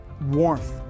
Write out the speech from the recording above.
warmth